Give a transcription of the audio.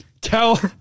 tell